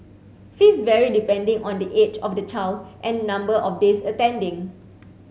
fees vary depending on the age of the child and number of days attending